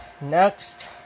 Next